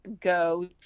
go